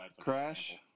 Crash